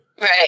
Right